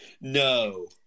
No